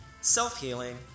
self-healing